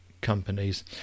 companies